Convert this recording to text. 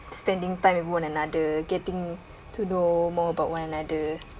spending time with one another getting to know more about one another